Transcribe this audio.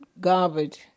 garbage